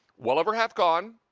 well over half gone.